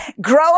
Grow